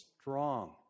strong